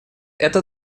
это